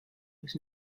was